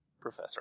Professor